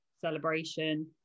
celebration